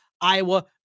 Iowa